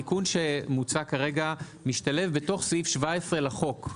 התיקון שמוצע כרגע משתלב בתוך סעיף 17 לחוק.